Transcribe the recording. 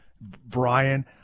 Brian